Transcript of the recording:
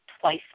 twice